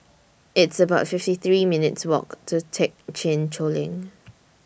It's about fifty three minutes' Walk to Thekchen Choling